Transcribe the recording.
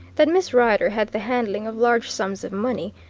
that miss rider had the handling of large sums of money,